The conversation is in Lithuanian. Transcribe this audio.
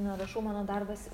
nerašau mano darbas